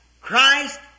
Christ